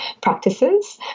practices